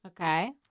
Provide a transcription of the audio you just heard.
Okay